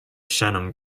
shannon